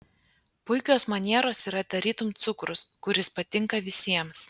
puikios manieros yra tarytum cukrus kuris patinka visiems